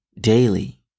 daily